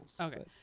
Okay